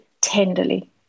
tenderly